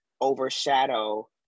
overshadow